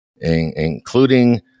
including